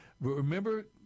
Remember